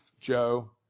Joe